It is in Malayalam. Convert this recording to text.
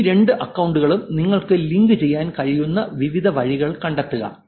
ഈ രണ്ട് അക്കൌണ്ടുകളും നിങ്ങൾക്ക് ലിങ്ക് ചെയ്യാൻ കഴിയുന്ന വിവിധ വഴികൾ കണ്ടെത്തുക